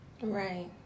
Right